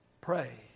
pray